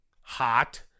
hot